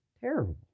terrible